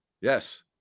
Yes